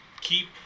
keep